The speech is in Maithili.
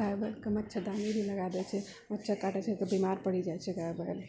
गाय बैलके मच्छरदानी भी लगाय देइछै मच्छर काटय छै तऽ बीमार पड़ि जायछ गाय बैल